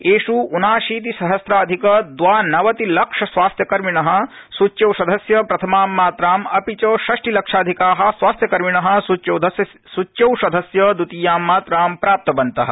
एषु ऊनाशीति सहस्राधिक द्वानवति लक्ष स्वास्थ्यकर्मिणः सूच्यौषधस्य प्रथमां मात्राम् अपि च षष्टि लक्षाधिकाः स्वास्थ्य कर्मिणः सूच्यौषधस्य द्वितीयां मात्रां प्राप्तवन्तः